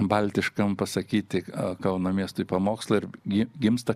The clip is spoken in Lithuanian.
baltiškam pasakyti kauno miestui pamokslą ir gi gimsta